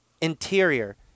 interior